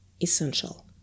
essential